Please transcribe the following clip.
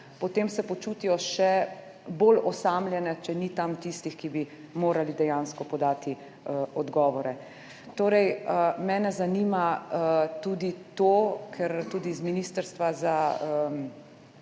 potem se počutijo še bolj osamljene, če ni tam tistih, ki bi morali dejansko podati odgovore. Torej, mene zanima tudi to, ker tudi z Ministrstva za